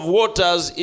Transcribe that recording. waters